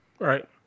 Right